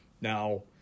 Now